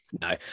No